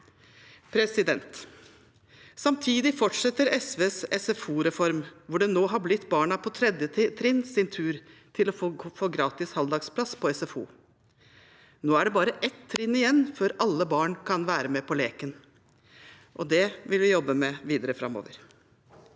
arrangementer. Samtidig fortsetter SVs SFO-reform, hvor det nå har blitt barna på 3. trinns tur til å få gratis halvdagsplass på SFO. Nå er det bare ett trinn igjen før alle barn kan være med på leken. Det vil vi jobbe med videre framover.